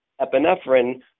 epinephrine